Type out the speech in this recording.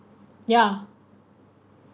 ya